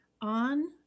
on